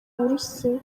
burusiya